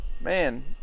man